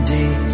day